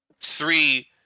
Three